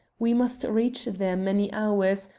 we must reach there many hours,